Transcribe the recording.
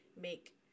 make